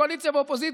קואליציה ואופוזיציה,